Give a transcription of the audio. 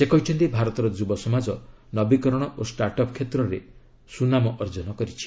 ସେ କହିଛନ୍ତି ଭାରତର ଯୁବ ସମାଜ ନବୀକରଣ ଓ ଷ୍ଟାର୍ଟ୍ଅପ୍ କ୍ଷେତ୍ରରେ ସୁନାମ ଅର୍ଜନ କରିଛି